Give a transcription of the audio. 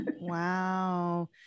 wow